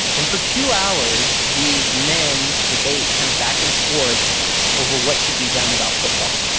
and for two hours, these men debate kind of back and forth over what should be done about football.